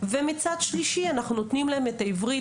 מצד שלישי אנחנו נותנים להם את העברית,